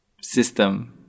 system